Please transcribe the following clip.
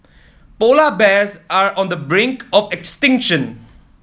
polar bears are on the brink of extinction